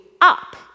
up